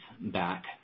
back